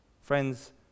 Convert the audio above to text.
Friends